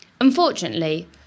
Unfortunately